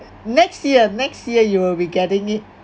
next year next year you will be getting it